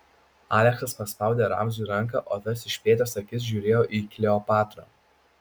aleksas paspaudė ramziui ranką o tas išplėtęs akis žiūrėjo į kleopatrą